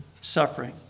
suffering